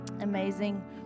amazing